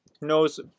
knows